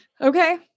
Okay